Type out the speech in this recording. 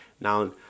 Now